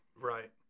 right